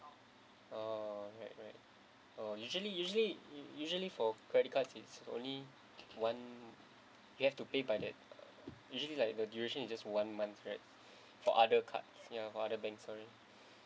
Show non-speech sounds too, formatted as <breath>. oh right right oh usually usually usually for credit cards it's only one you have to pay by that usually like the duration is just one month right <breath> for other card ya for other banks sorry